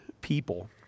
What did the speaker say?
people